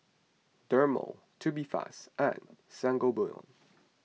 Dermale Tubifast and Sangobion